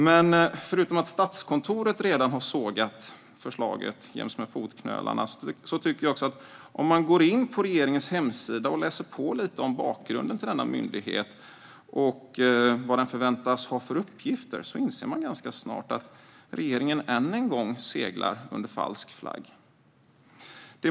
Men Statskontoret har redan sågat förslaget jäms med fotknölarna. Och om man går in på regeringens hemsida och läser lite om bakgrunden till denna myndighet och vad den förväntas ha för uppgifter inser man ganska snart att regeringen än en gång seglar under falsk flagg.